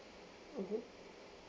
mmhmm